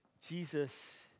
Jesus